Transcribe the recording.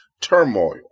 turmoil